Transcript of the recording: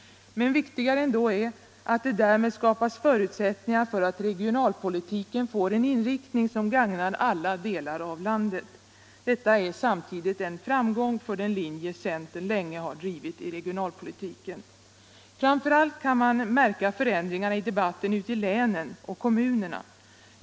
Men viktigare ändå är att det därmed skapas förutsättningar för att regionalpolitiken får en inriktning som gagnar alla delar av landet. Detta är samtidigt en framgång för den linje centern länge har drivit i regionalpolitiken. Framför allt kan man märka förändringarna i debatten ute i länen och kommunerna.